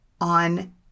on